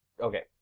Okay